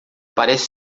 parece